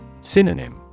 Synonym